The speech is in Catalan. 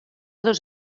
dos